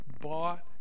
bought